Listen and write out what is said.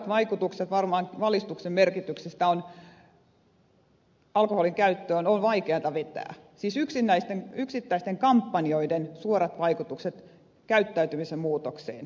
suoria vaikutuksia valistuksen merkityksestä alkoholin käyttöön on varmaan vaikeata vetää siis yksittäisten kampanjoiden suoria vaikutuksia käyttäytymisen muutokseen